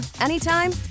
anytime